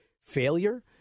failure